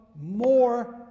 more